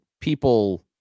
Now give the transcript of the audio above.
people